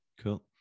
Cool